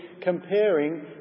comparing